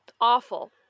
awful